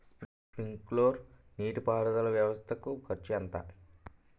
Sprinkler నీటిపారుదల వ్వవస్థ కు ఖర్చు ఎంత?